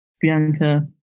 bianca